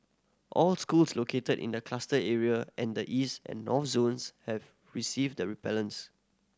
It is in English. all schools located in the cluster area and the East and North zones have received the repellents